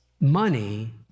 Money